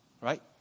right